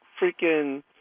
freaking